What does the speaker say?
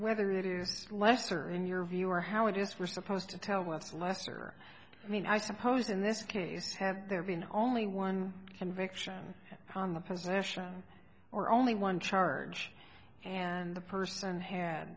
whether it is lesser in your view or how it is we're supposed to tell with lesser i mean i suppose in this case have there been only one conviction on the position or only one charge and the person had